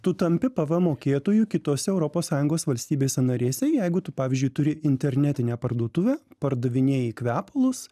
tu tampi pvm mokėtoju kitose europos sąjungos valstybėse narėse jeigu tu pavyzdžiui turi internetinę parduotuvę pardavinėji kvepalus